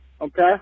Okay